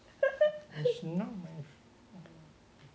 that's not my fault